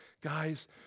guys